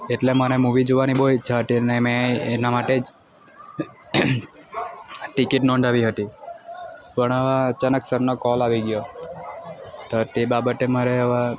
એટલે મને મૂવી જોવાની બહુ ઈચ્છા હતી ને મેં એના માટે જ ટિકિટ નોંધાવી હતી પણ અચાનક સરનો કોલ આવી ગયો તો તે બાબતે મારે હવે